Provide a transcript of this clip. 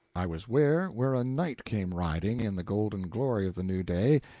i was ware where a knight came riding in the golden glory of the new day,